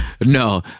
No